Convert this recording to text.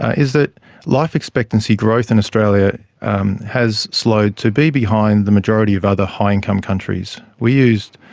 is that life expectancy growth in australia and has slowed to be behind the majority of other high income countries. we used